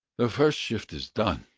the first shift is done,